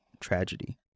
tragedy